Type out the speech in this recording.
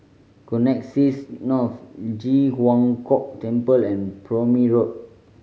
Connexis North Ji Huang Kok Temple and Prome Road